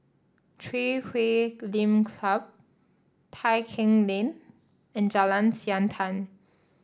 Chui Huay Lim Club Tai Keng Lane and Jalan Siantan